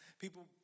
People